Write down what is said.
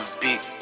beat